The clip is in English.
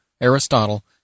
Aristotle